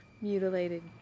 mutilated